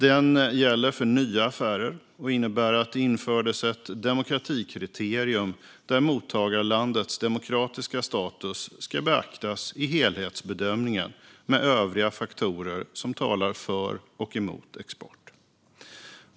Den gäller för nya affärer och innebär att det infördes ett demokratikriterium där mottagarlandets demokratiska status ska beaktas i helhetsbedömningen med övriga faktorer som talar för och emot export.